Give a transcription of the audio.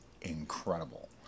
incredible